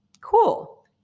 cool